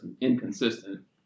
inconsistent